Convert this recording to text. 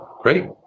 great